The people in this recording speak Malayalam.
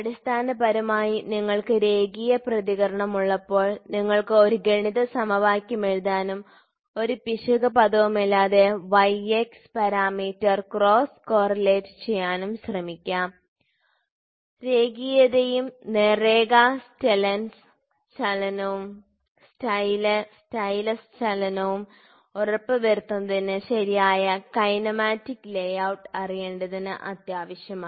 അടിസ്ഥാനപരമായി നിങ്ങൾക്ക് രേഖീയ പ്രതികരണം ഉള്ളപ്പോൾ നിങ്ങൾക്ക് ഒരു ഗണിത സമവാക്യം എഴുതാനും ഒരു പിശക് പദവുമില്ലാതെ y x parameter cross correlate ചെയ്യാനും ശ്രമിക്കാം രേഖീയതയും നേർരേഖാ സ്റ്റൈലസ് ചലനവും ഉറപ്പു വരുത്തുന്നതിന് ശരിയായ കൈനമാറ്റിക് ലേയൌട്ട് അറിയേണ്ടത് അത്യാവശ്യമാണ്